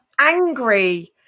angry